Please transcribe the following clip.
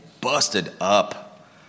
busted-up